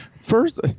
first